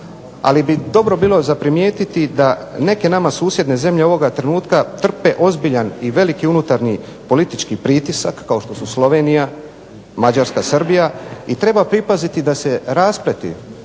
ali bi dobro bilo za primijetiti da neke nama susjedne zemlje ovoga trenutka trpe ozbiljan i veliki unutarnji politički pritisak kao što su Slovenija, Mađarska, Srbija i treba pripaziti da se raspleti